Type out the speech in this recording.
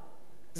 זו לא זכות,